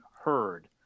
heard